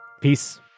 Peace